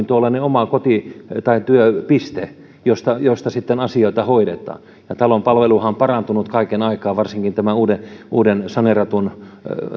tuollainen oma työpiste josta josta sitten asioita hoidetaan ja talon palveluhan on parantunut kaiken aikaa varsinkin tämän uuden uuden saneeratun